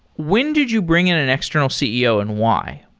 when did you bring out an external ceo and why?